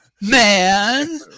man